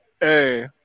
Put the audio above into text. Hey